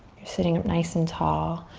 you're sitting up nice and tall.